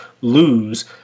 lose